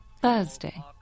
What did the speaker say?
Thursday